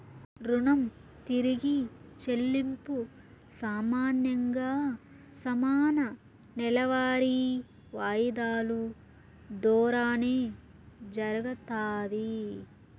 రుణం తిరిగి చెల్లింపు సామాన్యంగా సమాన నెలవారీ వాయిదాలు దోరానే జరగతాది